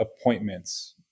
appointments